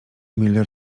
müller